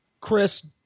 Chris